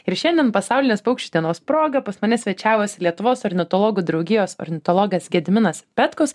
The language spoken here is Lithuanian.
ir šiandien pasaulinės paukščių dienos proga pas mane svečiavosi lietuvos ornitologų draugijos ornitologas gediminas petkus